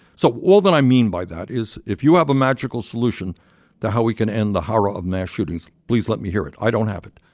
so all that i mean by that is if you have a magical solution to how we can end the horror ah of mass shootings, please let me hear it. i don't have it,